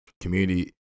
Community